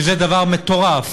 שזה דבר מטורף.